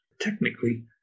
technically